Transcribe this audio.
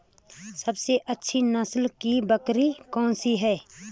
सबसे अच्छी नस्ल की बकरी कौन सी है?